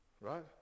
Right